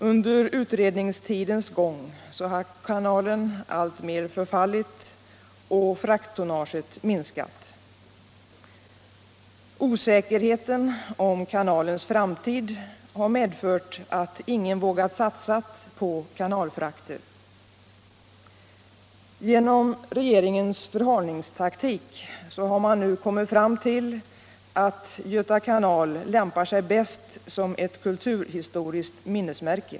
Under utredningstidens gång har kanalen alltmer förfallit och frakttonnaget minskat. Osäkerheten om kanalens framtid har medfört att ingen vågat satsa på kanalfrakter. Genom regeringens förhalningstaktik har man nu kommit fram till att Göta kanal lämpar sig bäst som ett kulturhistoriskt minnesmärke.